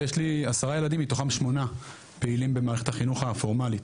ויש לי עשרה ילדים מתוכם שמונה פעילים במערכת החינוך הפורמלית,